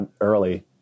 early